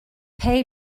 pei